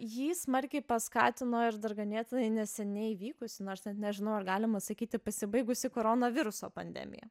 jį smarkiai paskatino ir dar ganėtinai neseniai įvykusi nors net nežinau ar galima sakyti pasibaigusi koronaviruso pandemija